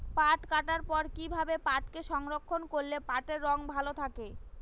পাট কাটার পর কি ভাবে পাটকে সংরক্ষন করলে পাটের রং ভালো থাকে?